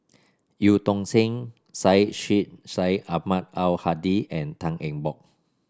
Eu Tong Sen Syed Sheikh Syed Ahmad Al Hadi and Tan Eng Bock